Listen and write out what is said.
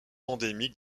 endémique